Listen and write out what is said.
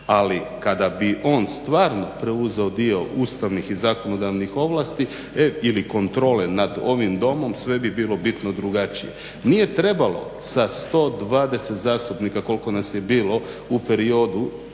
Ali kada bi on stvarno preuzeo dio ustavnih i zakonodavnih ovlasti ili kontrole nad ovim Domom sve bi bilo bitno drugačije. Nije trebalo sa 120 zastupnika koliko nas je bilo u periodu